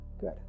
Good